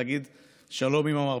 להגיד שלום עם המרפקים.